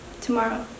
tomorrow